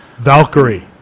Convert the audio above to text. Valkyrie